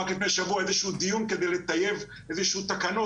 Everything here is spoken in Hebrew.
רק לפני שבוע היה איזה שהוא דיון כדי לטייב איזה שהן תקנות.